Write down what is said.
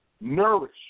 nourish